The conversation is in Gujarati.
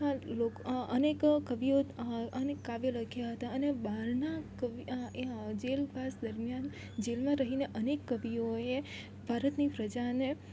લોક અનેક કવિઓ કાવ્યો લખ્યા હતા અને બહારના જેલવાસ દરમિયાન જેલમાં રહીને અનેક કવિઓએ ભારતની પ્રજાને